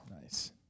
Nice